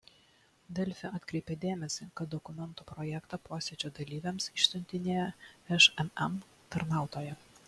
delfi atkreipia dėmesį kad dokumento projektą posėdžio dalyviams išsiuntinėjo šmm tarnautoja